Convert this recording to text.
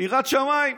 ביראת שמיים.